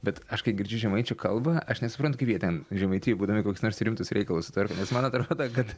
bet aš kai girdžiu žemaičių kalbą aš nesuprantu kaip jie ten žemaitijoj būdami kokius nors rimtus reikalus sutvarko nes man atrodo kad